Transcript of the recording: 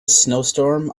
snowstorm